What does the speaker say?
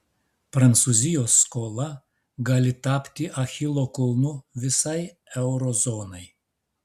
prancūzijos skola gali tapti achilo kulnu visai euro zonai